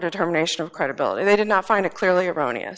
determination of credibility they did not find it clearly erroneous